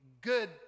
good